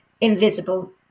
invisible